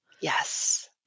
Yes